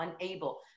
unable